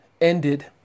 ended